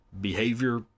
behavior